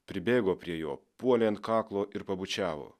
pribėgo prie jo puolė ant kaklo ir pabučiavo